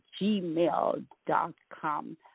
gmail.com